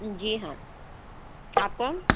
جی ہاں آپ کون